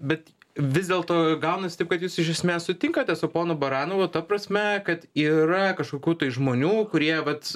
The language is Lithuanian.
bet vis dėlto gaunasi taip kad jūs iš esmės sutinkate su ponu baranovu ta prasme kad yra kažkokių tai žmonių kurie vat